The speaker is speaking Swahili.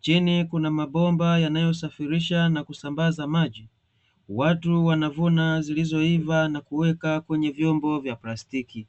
Chini kuna mabomba yanayosafirisha na kusambaza maji. Watu wanavuna zilizoiva na kuweka kwenye vyombo vya plastiki.